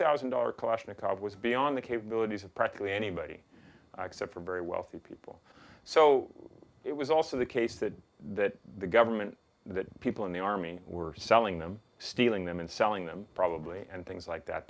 thousand dollars kalashnikov was beyond the capabilities of practically anybody except for very wealthy people so it was also the case that that the government that people in the army were selling them stealing them and selling them probably and things like that